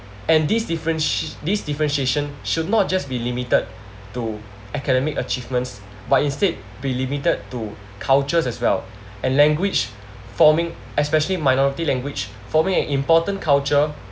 and these different~ these differentiation should not just be limited to academic achievements but instead be limited to cultures as well and language forming especially minority language forming an important culture